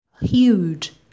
Huge